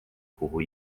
kuhu